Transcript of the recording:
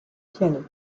pianos